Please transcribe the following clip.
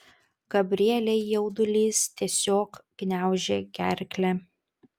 gabrielei jaudulys tiesiog gniaužė gerklę